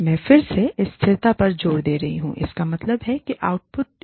मैं फिर से स्थिरता पर जोर दे रहा हूँ इसका मतलब है कि आउटपुट इनपुट द्वारा संतुलित है